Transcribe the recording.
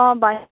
অ